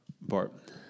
Bart